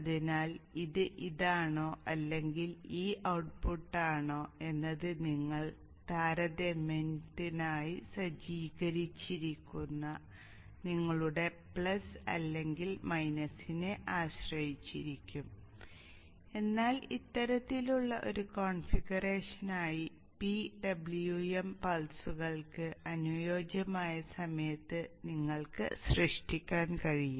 അതിനാൽ ഇത് ഇതാണോ അല്ലെങ്കിൽ ഈ ഔട്ട്പുട്ട് ആണോ എന്നത് നിങ്ങൾ താരതമ്യത്തിനായി സജ്ജീകരിച്ചിരിക്കുന്ന നിങ്ങളുടെ പ്ലസ് അല്ലെങ്കിൽ മൈനസിനെ ആശ്രയിച്ചിരിക്കും എന്നാൽ ഇത്തരത്തിലുള്ള ഒരു കോൺഫിഗറേഷനായി PWM പൾസുകൾക്ക് അനുയോജ്യമായ സമയത്ത് നിങ്ങൾക്ക് സൃഷ്ടിക്കാൻ കഴിയും